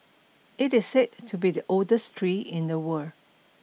it is said to be the oldest tree in the world